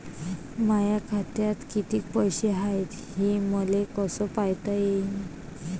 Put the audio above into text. माया खात्यात कितीक पैसे हाय, हे मले कस पायता येईन?